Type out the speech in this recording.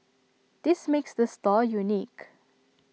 this makes the store unique